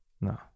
no